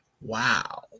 Wow